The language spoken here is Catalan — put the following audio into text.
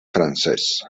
francès